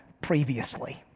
previously